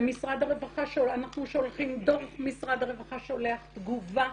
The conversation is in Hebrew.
ומשרד הרווחה, כשאנחנו שולחים דוח, שולח תגובה,